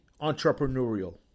entrepreneurial